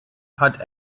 hat